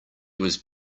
was